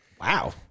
Wow